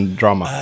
drama